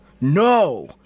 No